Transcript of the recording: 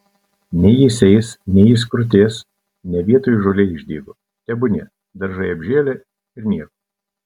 nei jis eis nei jis krutės ne vietoj žolė išdygo tebūnie daržai apžėlę ir nieko